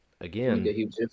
again